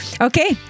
Okay